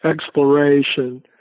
exploration